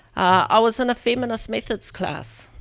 i was in a feminist methods class,